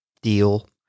deal